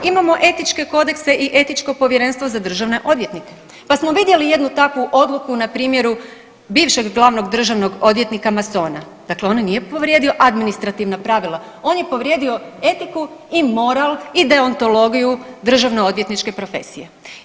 Imamo etičke kodekse i Etičko povjerenstvo za državne odvjetnike, pa smo vidjeli jednu takvu odluku na primjeru bivšeg glavnog državnog odvjetnika masona, dakle on nije povrijedio administrativno pravilo, on je povrijedio etiku i moral i deontologiju državnog odvjetničke profesije.